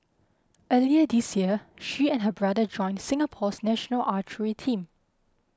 earlier this year she and her brother joined Singapore's national archery team